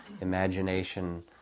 imagination